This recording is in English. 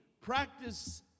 practice